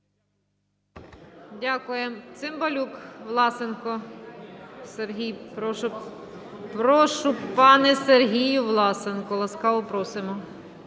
Дякую. Цимбалюк. Власенко Сергій, прошу. Прошу, пане Сергію Власенко. Ласкаво просимо.